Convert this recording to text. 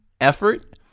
effort